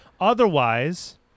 Otherwise